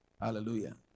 Hallelujah